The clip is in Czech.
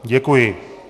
Děkuji.